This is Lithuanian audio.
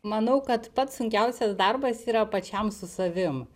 manau kad pats sunkiausias darbas yra pačiam su savim